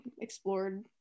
explored